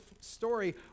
story